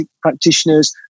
practitioners